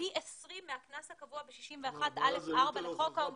פי 20 מהקנס הקבוע בסעיף 61(א)(4) לחוק העונשין,